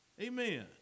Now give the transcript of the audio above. Amen